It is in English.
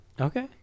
okay